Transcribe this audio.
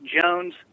Jones